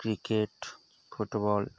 cricket football